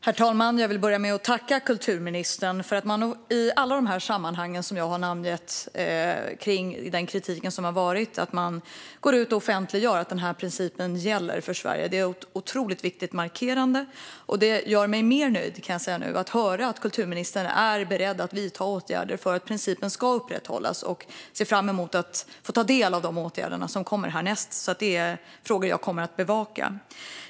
Herr talman! Jag vill börja med att tacka kulturministern för att man vid alla de tillfällen jag har tagit upp den kritik som har framförts offentligt har sagt att principen gäller för Sverige. Det är en otroligt viktig markering, och det gör mig mer nöjd att höra att kulturministern är beredd att vidta åtgärder för att principen ska upprätthållas. Jag ser fram emot att få ta del av åtgärderna som kommer härnäst. Det är frågor jag kommer att bevaka.